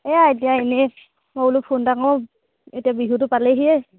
এয়া এতিয়া এনেই মই বোলো ফোন এটা কৰোঁ এতিয়া বিহুটো পালেহিয়ে